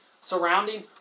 surrounding